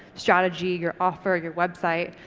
strategy, your offer, your website.